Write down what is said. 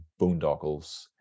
boondoggles